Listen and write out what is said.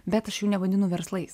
bet aš jų nevadinu verslais